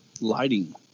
lighting